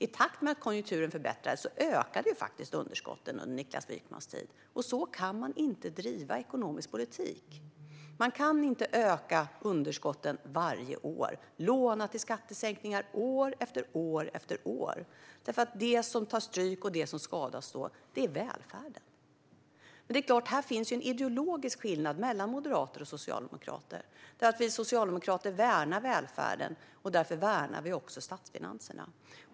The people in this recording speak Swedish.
I takt med att konjunkturen förbättrades ökade underskotten under Niklas Wykmans tid. Så kan man inte bedriva ekonomisk politik. Man kan inte öka underskotten varje år och låna till skattesänkningar år efter år. Det som tar stryk och då skadas är välfärden. Här finns en ideologisk skillnad mellan moderater och socialdemokrater. Vi socialdemokrater värnar välfärden, och därför värnar vi också statsfinanserna.